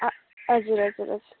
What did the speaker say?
हो हजुर हजुर हजुर